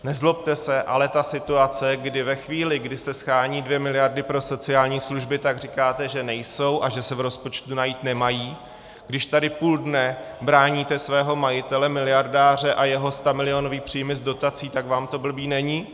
Nezlobte se, ale ta situace, kdy ve chvíli, kdy se shánějí dvě miliardy pro sociální služby, tak říkáte, že nejsou a že se v rozpočtu najít nemají, když tady půl dne bráníte svého majitele miliardáře a jeho stamilionové příjmy z dotací, tak vám to blbý není?